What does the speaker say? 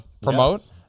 promote